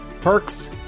perks